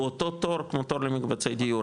הוא אותו תור כמו תור למקבצי דיור,